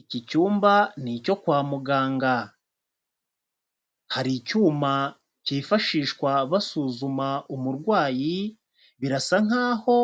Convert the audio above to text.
Iki cyumba ni icyo kwa muganga, hari icyuma cyifashishwa basuzuma umurwayi, birasa nk'aho